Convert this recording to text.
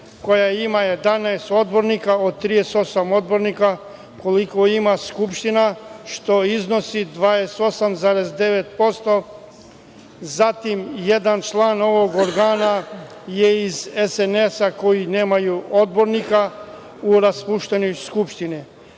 koja ima 11 odbornika od 38 odbornika, koliko ima Skupština, što iznosi 28,9%. Zatim, jedan član ovog organa je iz SNS koji nemaju odbornike u raspuštanju Skupštine,